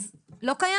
זה לא קיים?